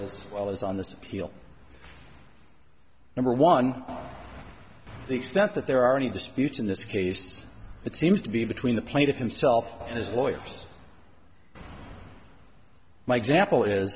as well as on this appeal number one the extent that there are any disputes in this case it seems to be between the plaintiff himself and his lawyers my example is